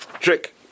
trick